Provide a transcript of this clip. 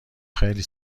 خیلی